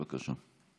אני רוצה לענות